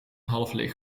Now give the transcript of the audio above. halfleeg